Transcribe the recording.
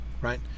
right